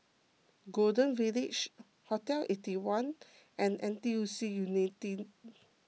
Golden Village Hotel Eighty One and N T U C Unity